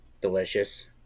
delicious